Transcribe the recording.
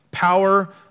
Power